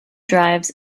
drives